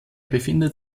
befindet